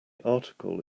article